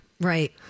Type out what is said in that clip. Right